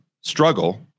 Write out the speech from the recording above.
struggle